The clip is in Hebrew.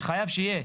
שחייב שיהיה,